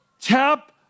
tap